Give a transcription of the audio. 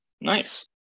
nice